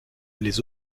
les